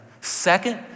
Second